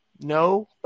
No